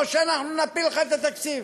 או שאנחנו נפיל לך את התקציב,